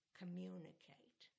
communicate